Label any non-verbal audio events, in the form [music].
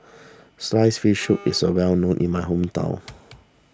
Sliced Fish Soup [noise] is a well known in my hometown